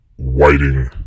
waiting